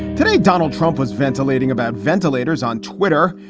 today, donald trump was ventilating about ventilators on twitter.